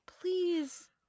please